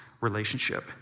relationship